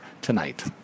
tonight